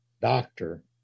doctor